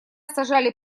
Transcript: сажали